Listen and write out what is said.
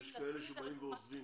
יש כאלה שבאים ועוזבים.